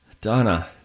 Donna